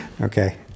Okay